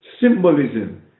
symbolism